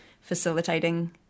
facilitating